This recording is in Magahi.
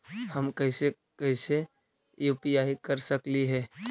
हम कैसे कैसे यु.पी.आई कर सकली हे?